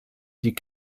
die